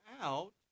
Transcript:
out